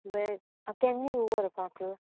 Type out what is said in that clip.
बरें हांव केन्ना येव व्हरपाक